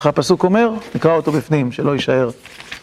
אחרי הפסוק אומר, נקרא אותו בפנים, שלא יישאר.